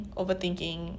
overthinking